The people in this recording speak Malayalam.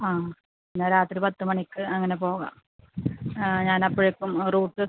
ആ എന്നാൽ രാത്രി പത്ത് മണിക്ക് അങ്ങനെ പോകാം ആ ഞാൻ അപ്പോഴേക്കും റൂട്ട്